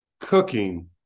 cooking